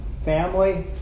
family